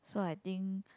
so I think